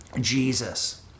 Jesus